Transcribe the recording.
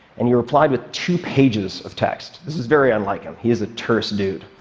and he replied with two pages of text. this is very unlike him. he is a terse dude.